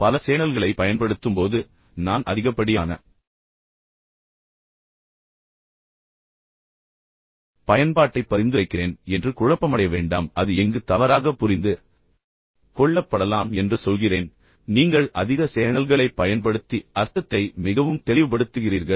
எனவே பல சேனல்களை பயன்படுத்தும்போது இப்போது நான் அதிகப்படியான பயன்பாட்டை பரிந்துரைக்கிறேன் என்று குழப்பமடைய வேண்டாம் அது எங்கு தவறாகப் புரிந்து கொள்ளப்படலாம் என்று நான் சொல்கிறேன் பின்னர் நீங்கள் அதிக சேனல்களைப் பயன்படுத்தி அர்த்தத்தை மிகவும் தெளிவுபடுத்துகிறீர்கள்